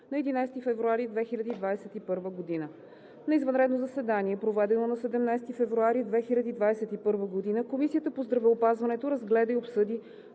на 11 февруари 2021 г. На извънредно заседание, проведено на 17 февруари 2021 г., Комисията по здравеопазването разгледа и обсъди